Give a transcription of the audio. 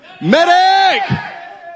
Medic